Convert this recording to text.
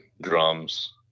drums